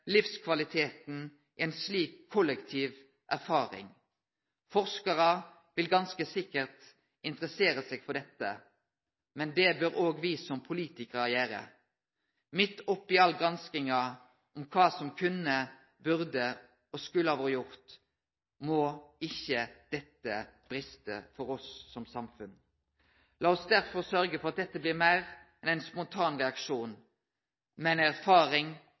livskvaliteten i ei slik kollektiv erfaring? Forskarar vil ganske sikkert interessere seg for dette. Men det bør òg me som politikarar gjere. Midt oppe i all granskinga om kva som kunne, burde og skulle ha vore gjort, må ikkje dette breste for oss som samfunn. Lat oss derfor sørgje for at dette blir meir enn ein spontan reaksjon, men ei erfaring